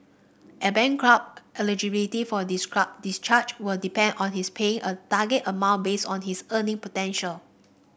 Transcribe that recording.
a bankrupt eligibility for discharge will depend on his paying a target amount based on his earning potential